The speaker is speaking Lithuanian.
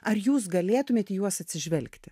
ar jūs galėtumėt į juos atsižvelgti